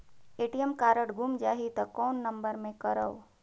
ATM card गुम जाही त कौन नम्बर मे करव?